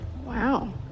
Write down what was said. Wow